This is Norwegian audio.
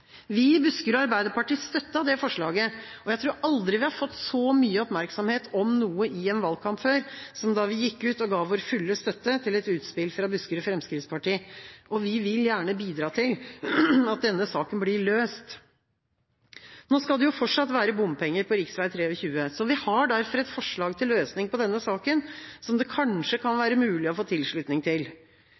Vi i Buskerud Arbeiderparti støttet dette forslaget. Jeg tror aldri vi har fått så mye oppmerksomhet om noe i en valgkamp før som da vi gikk ut og ga vår fulle støtte til et utspill fra Buskerud FrP. Vi vil gjerne bidra til at denne saken blir løst. Nå skal det jo fortsatt være bompenger på rv. 23. Vi har derfor et forslag til løsning på denne saken som det kanskje kan være mulig å få tilslutning til.